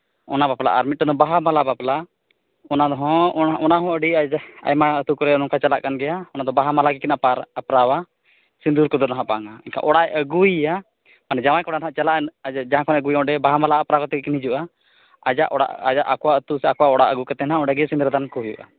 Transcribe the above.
ᱚᱱᱟ ᱵᱟᱯᱞᱟ ᱟᱨ ᱢᱤᱫᱴᱟᱹᱝ ᱫᱚ ᱵᱟᱦᱟ ᱢᱟᱞᱟ ᱵᱟᱯᱞᱟ ᱚᱱᱟ ᱦᱚᱸ ᱚᱱᱟ ᱦᱚᱸ ᱟᱹᱰᱤ ᱟᱭᱢᱟ ᱟᱭᱢᱟ ᱟᱛᱳ ᱠᱚᱨᱮ ᱱᱚᱝᱠᱟ ᱪᱟᱞᱟᱜ ᱠᱟᱱ ᱜᱮᱭᱟ ᱚᱱᱟ ᱫᱚ ᱵᱟᱦᱟ ᱢᱟᱞᱟ ᱜᱮᱠᱤᱱ ᱟᱯᱨᱟᱣ ᱟᱯᱨᱟᱣᱟ ᱥᱤᱸᱫᱩᱨ ᱠᱚᱫᱚ ᱱᱟᱜ ᱵᱟᱝᱟ ᱮᱱᱠᱷᱟᱱ ᱚᱲᱟᱜ ᱟᱹᱜᱩᱭᱮᱭᱟ ᱢᱟᱱᱮ ᱡᱟᱶᱟᱭ ᱠᱚᱲᱟ ᱱᱟᱜ ᱪᱟᱞᱟᱜᱼᱟᱭ ᱡᱟᱦᱟᱸ ᱠᱷᱚᱱᱮ ᱟᱹᱜᱩᱭᱮᱭᱟ ᱚᱸᱰᱮ ᱵᱟᱦᱟ ᱢᱟᱞᱟ ᱟᱯᱨᱟᱣ ᱠᱟᱛᱮᱫ ᱜᱮᱠᱤᱱ ᱦᱤᱡᱩᱜᱼᱟ ᱟᱡᱟᱜ ᱚᱲᱟᱜ ᱟᱠᱚ ᱟᱛᱳ ᱥᱮ ᱟᱠᱚᱣᱟᱜ ᱚᱲᱟᱜ ᱟᱹᱜᱩ ᱠᱟᱛᱮᱫ ᱱᱟᱜ ᱚᱸᱰᱮ ᱜᱮ ᱥᱤᱸᱫᱽᱨᱟᱹ ᱫᱟᱱ ᱠᱚ ᱦᱩᱭᱩᱜᱼᱟ